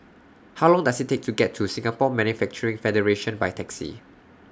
How Long Does IT Take to get to Singapore Manufacturing Federation By Taxi